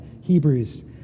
Hebrews